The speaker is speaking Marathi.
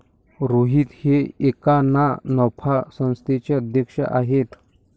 रोहित हे एका ना नफा संस्थेचे अध्यक्ष आहेत